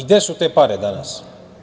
Gde su te pare danas?